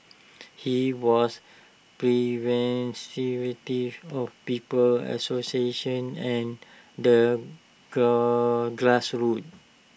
he was of people's association and the grassroots